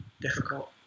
difficult